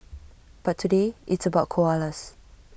but today it's about koalas